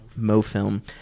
MoFilm